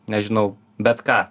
nežinau bet ką